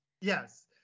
yes